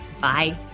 Bye